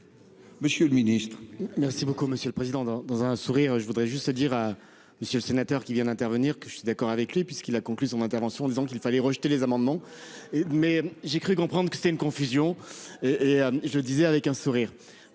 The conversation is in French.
Monsieur le ministre,